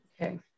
Okay